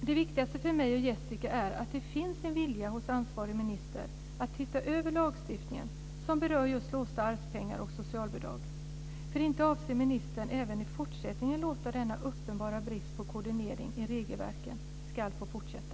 Det viktigaste för mig och Jessica är det finns en vilja hos ansvarig minister att titta över lagstiftningen som berör just låsta arvspengar och socialbidrag. För inte avser väl ministern att även i fortsättningen låta denna uppenbara brist på koordinering i regelverken fortsätta?